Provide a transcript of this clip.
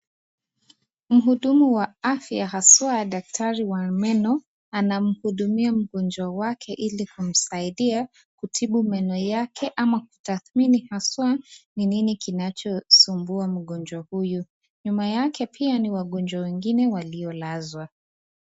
Mhudumu wa afya haswa daktari wa meno anamhudumia mgonjwa wake ili kumsaidia kutibu meno yake ama kutathmini haswa ni nini kinachosumbua mgonjwa huyu . Nyuma yake pia ni wagonjwa wengine waliolazwa .